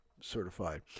certified